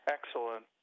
Excellent